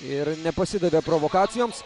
ir nepasidavė provokacijoms